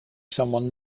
someone